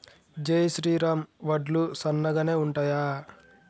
జై శ్రీరామ్ వడ్లు సన్నగనె ఉంటయా?